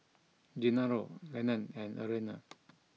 Genaro Lenon and Arianna